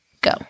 Go